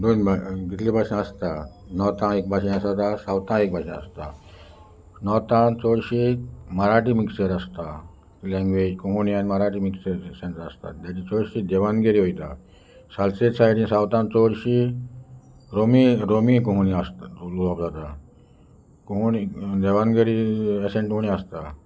दोन जितली भाशा आसता नोर्थां एक भाशा आसा जाता सावथां एक भाशा आसता नॉर्थान चडशीं मराठी मिक्सचर आसता लॅंग्वेज कोंकणी आनी मराठी मिक्सचर सेंसर आसता ते चडशीं देवानगिरी वयता सालसेट सायडी सावथान चडशीं रोमी रोमी कोंकणी आसता उलोवप जाता कोंकणी देवानगिरी ऍक्सॅंट उणी आसता